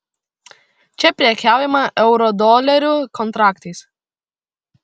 čia prekiaujama eurodolerių kontraktais